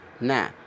Now